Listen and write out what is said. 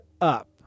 up